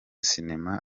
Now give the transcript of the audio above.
sinema